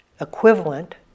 equivalent